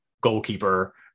goalkeeper